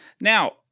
Now